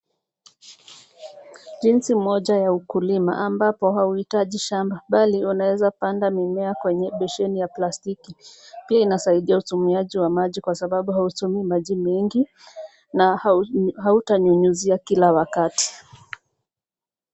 Jinsi moja ya ukulima ambapo hauhitaji shamba bali unaeza panda mimea kwenye besheni ya plastiki, pia inasaidia utumiaji wa maji kwa sababu hutumii maji mingi na hautanyunyizia kila wakati.